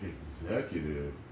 Executive